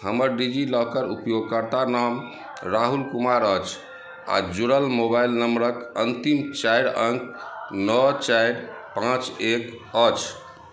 हमर डिजिलॉकर उपयोगकर्ता नाम राहुल कुमार अछि आ जुड़ल मोबाइल नंबरक अंतिम चारि अङ्क नओ चारि पाँच एक अछि